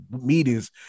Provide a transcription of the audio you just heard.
meetings